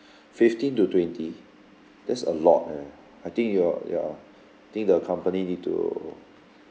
fifteen to twenty that's a lot eh I think your your I think the company need to